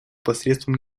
посредством